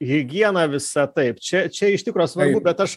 higiena visa taip čia čia iš tikro svarbu bet aš